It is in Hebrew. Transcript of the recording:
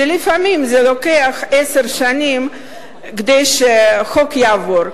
שלפעמים לוקח עשר שנים כדי שחוק יעבור.